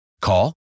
Call